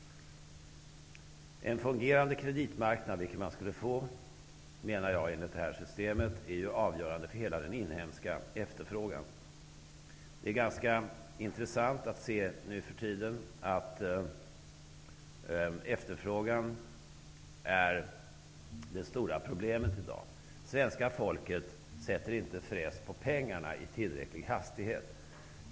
En fungerande kreditmarknad -- som man skulle få enligt detta system -- är avgörande för hela den inhemska efterfrågan. Det är ganska intressant att se att efterfrågan i dag är det stora problemet. Svenska folket sätter inte fräs på pengarna med tillräcklig hastighet.